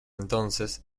entonces